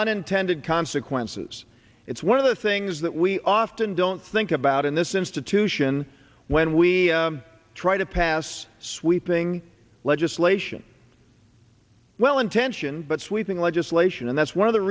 unintended consequences it's one of the things that we often don't think about in this institution when we try to pass sweeping legislation well intentioned but sweeping legislation and that's one of the